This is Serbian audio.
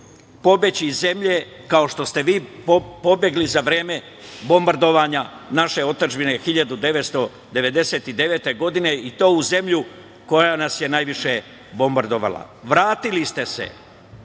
pobeći iz zemlje kao što ste vi pobegli za vreme bombardovanja naše otadžbine 1999. godine i to u zemlju koja nas je najviše bombardovala. Vratili ste se